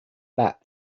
bat